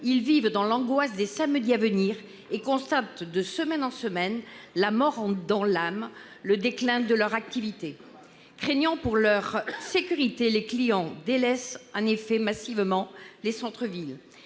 ils vivent dans l'angoisse des samedis à venir et constatent de semaine en semaine, la mort dans l'âme, le déclin de leur activité. Craignant pour leur sécurité, les clients délaissent en effet massivement les centres-villes.